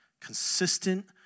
consistent